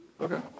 Okay